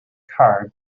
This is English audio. car